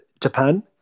Japan